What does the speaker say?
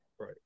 Right